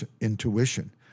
intuition